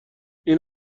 این